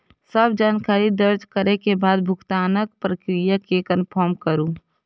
सब जानकारी दर्ज करै के बाद भुगतानक प्रक्रिया कें कंफर्म करू